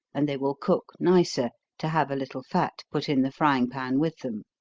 and they will cook nicer, to have a little fat put in the frying-pan with them.